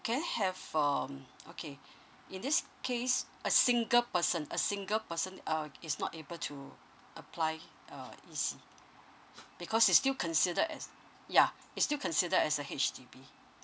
can I have mm okay in this case a single person a single person um it's not able to apply uh e c it's because it's still considered as yeah it's still considered as a H_D_B